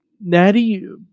Natty